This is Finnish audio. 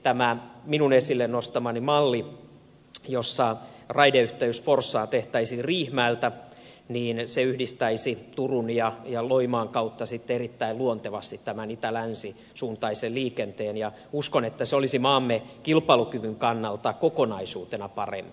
tämä minun esille nostamani malli jossa raideyhteys forssaan tehtäisiin riihimäeltä yhdistäisi turun ja loimaan kautta sitten erittäin luontevasti tämän itälänsi suuntaisen liikenteen ja uskon että se olisi maamme kilpailukyvyn kannalta kokonaisuutena parempi